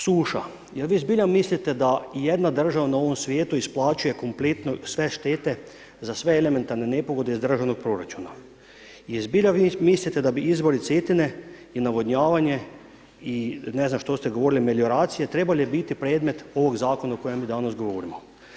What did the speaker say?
Suša jel vi zbilja mislite da ijedna država na ovom svijetu isplaćuje kompletno sve štete za sve elementarne nepogode iz državnog proračuna i zbilja vi mislite da bi izvori Cetine i navodnjavanje i ne znam što ste govorili melioracije trebale biti predmet ovog zakona o kojem mi danas govorimo.